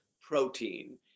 protein